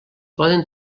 poden